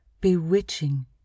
bewitching